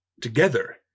together